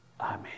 Amen